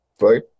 right